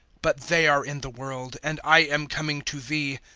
but they are in the world and i am coming to thee.